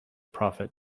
prophet